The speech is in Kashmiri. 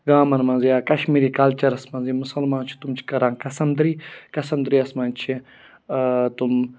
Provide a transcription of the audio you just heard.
گامَن منٛز یا کشمیٖری کَلچَرَس منٛز یِم مُسلمان چھِ تِم چھِ کَران قسَم دٕرٛے قسَم دٕرٛے یَس منٛز چھِ تِم